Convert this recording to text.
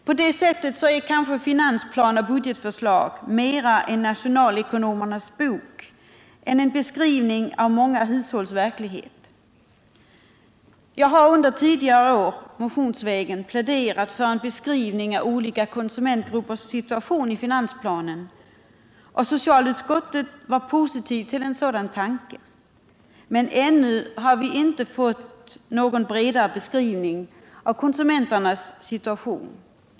På det sättet är kanske finansplan och budgetförslag mera en nationalekonomernas bok än en beskrivning av många hushålls verklighet. Jag har under tidigare år motionsvägen pläderat för att finansplanen skulle innehålla en beskrivning av olika konsumentgruppers situation, och socialutskottet har varit positivt till en sådan tanke, men ännu har vi inte fått någon bredare beskrivning i finansplanen av konsumenternas situation.